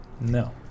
No